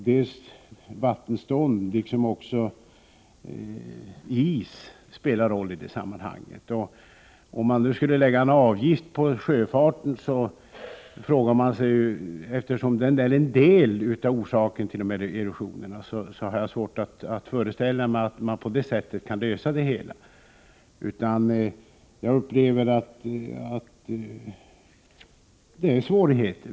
Vattenstånd, liksom också is, spelar en roll i detta sammanhang. Eftersom färjetrafiken bara är en del av orsaken till erosionen har jag svårt att föreställa mig att vi genom att lägga en avgift på sjöfarten kan lösa problemet.